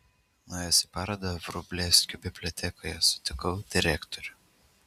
nuėjęs į parodą vrublevskių bibliotekoje susitikau direktorių